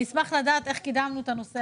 אני אשמח לדעת איך קידמנו את הנושא